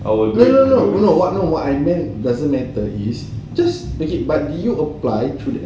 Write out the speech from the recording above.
no no no what I meant doesn't matter is just okay did you apply through the app